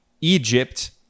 Egypt